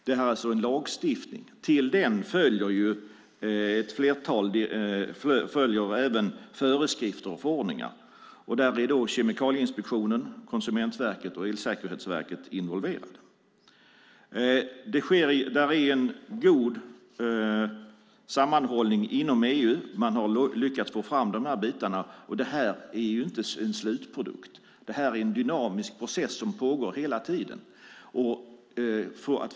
Det är alltså en lagstiftning, och med den följer även föreskrifter och förordningar. Där blir då Kemikalieinspektionen, Konsumentverket och Elsäkerhetsverket involverade. Det är en god sammanhållning inom EU. Man har lyckats få fram de här bitarna. Detta är inte en slutprodukt, utan det pågår hela tiden en dynamisk process.